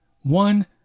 One